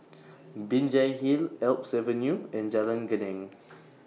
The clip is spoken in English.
Binjai Hill Alps Avenue and Jalan Geneng